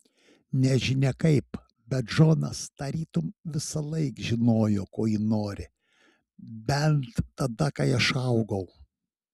nežinia kaip bet džonas tarytum visąlaik žinojo ko ji nori bent tada kai aš augau